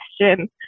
question